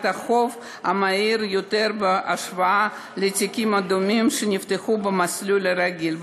החוב מהירה יותר בהשוואה לתיקים דומים שנפתחו במסלול הרגיל.